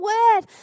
Word